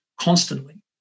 constantly